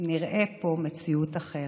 נראה פה מציאות אחרת.